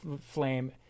flame